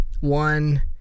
One